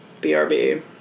BRB